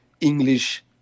English